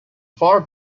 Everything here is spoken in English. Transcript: far